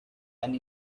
and